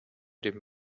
dem